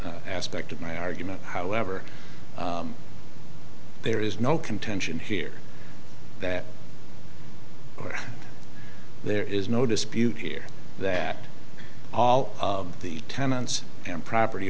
r aspect of my argument however there is no contention here that there is no dispute here that all of the tenants and property